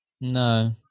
No